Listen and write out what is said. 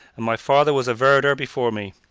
and my father was a verderer before me.